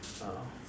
uh